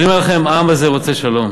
אני אומר לכם: העם הזה רוצה שלום.